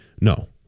No